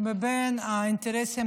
ובין האינטרסים